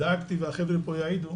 דאגתי והחבר'ה פה יעידו